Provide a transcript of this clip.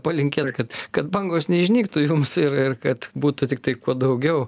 palinkėt kad kad bangos neišnyktų jums ir ir kad būtų tiktai kuo daugiau